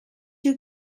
you